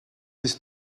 ist